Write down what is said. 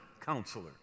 counselor